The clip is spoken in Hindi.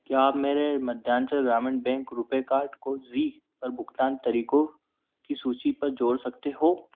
क्या आप मेरे मध्यांचल ग्रामीण बैंक रुपे कार्ड को ज़ी पर भुगतान तरीकों की सूचि पर जोड़ सकते हो